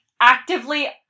actively